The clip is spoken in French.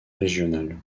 régionale